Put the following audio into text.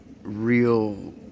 real